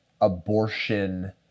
abortion